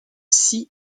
six